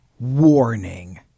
Warning